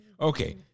Okay